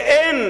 ואין